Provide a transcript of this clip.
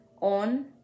on